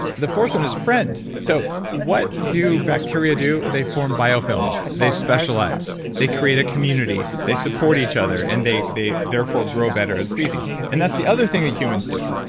the fourth one is friend. so what do bacteria do? they form biofilms. they specialize, they create a community, they support each other, and they they therefore grow better as a species. and that's the other thing that humans do.